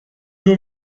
nur